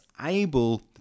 able